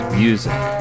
music